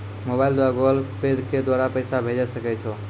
Mobile द्वारा Google Pay के द्वारा भी पैसा भेजै सकै छौ?